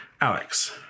Alex